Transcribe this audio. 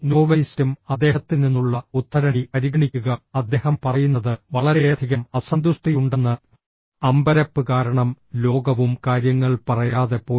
നോവലിസ്റ്റും അദ്ദേഹത്തിൽ നിന്നുള്ള ഉദ്ധരണി പരിഗണിക്കുക അദ്ദേഹം പറയുന്നത് വളരെയധികം അസന്തുഷ്ടിയുണ്ടെന്ന് അമ്പരപ്പ് കാരണം ലോകവും കാര്യങ്ങൾ പറയാതെ പോയി